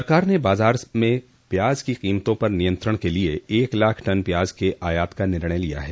सरकार ने बाजार में प्याज की कीमतों पर नियंत्रण के लिए एक लाख टन प्याज के आयात का निर्णय लिया है